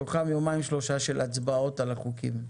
מתוכם יומיים-שלושה של הצבעות על החוקים.